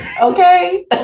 Okay